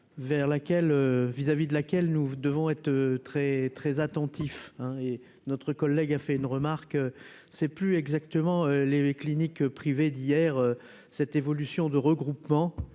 vers laquelle vis-à-vis de laquelle nous devons être très, très attentif, hein, et notre collègue a fait une remarque c'est plus exactement, les cliniques privées d'hier, cette évolution de regroupement,